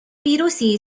ویروسی